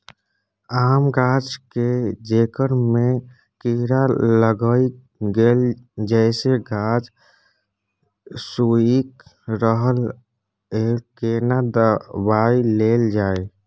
आम गाछ के जेकर में कीरा लाईग गेल जेसे गाछ सुइख रहल अएछ केना दवाई देल जाए?